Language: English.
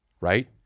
Right